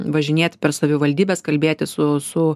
važinėti per savivaldybes kalbėtis su su